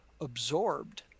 absorbed